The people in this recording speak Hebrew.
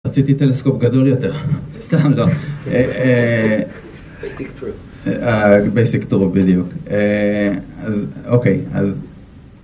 רציתי טלסקופ גדול יותר, סתם לא. אה-אה... basic true. אה- basic true, בדיוק. אה... אז, אוקיי, אז